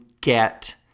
get